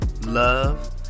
love